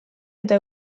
eta